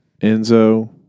Enzo